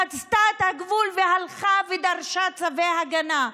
חצתה את הגבול והלכה ודרשה צווי הגנה,